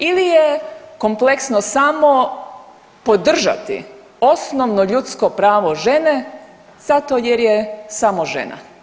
Ili je kompleksno samo podržati osnovno ljudsko pravo žene zato jer je samo žena?